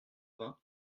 vingts